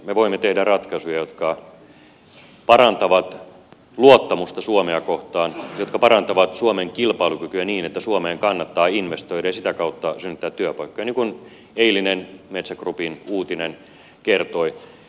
me voimme tehdä ratkaisuja jotka parantavat luottamusta suomea kohtaan jotka parantavat suomen kilpailukykyä niin että suomeen kannattaa investoida ja sitä kautta synnyttävät työpaikkoja niin kuin eilinen metsä groupin uutinen kertoi